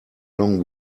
long